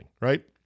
right